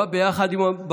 זה בא ביחד עם הבקבוקים,